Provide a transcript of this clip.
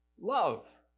love